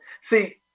See